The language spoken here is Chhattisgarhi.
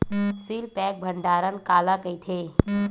सील पैक भंडारण काला कइथे?